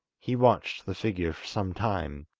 he watched the figure for some time,